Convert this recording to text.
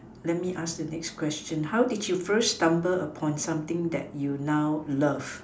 let me ask the next question how did you first stumble upon something that you now love